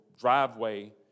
driveway